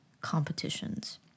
competitions